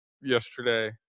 yesterday